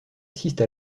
assiste